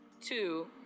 Two